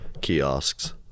kiosks